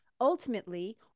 ultimately